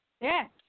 Yes